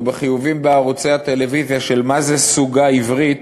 או חיובים בערוצי הטלוויזיה של מה זה סוגה עברית